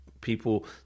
people